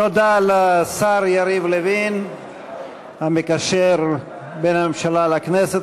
תודה לשר יריב לוין המקשר בין הממשלה לכנסת.